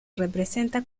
representa